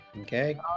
Okay